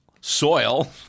soil